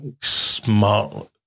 smart